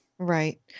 Right